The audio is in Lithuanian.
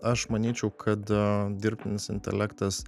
aš manyčiau kad dirbtinis intelektas